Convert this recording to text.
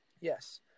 Yes